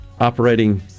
operating